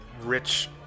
rich